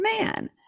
man